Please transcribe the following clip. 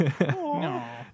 No